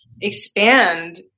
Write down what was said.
expand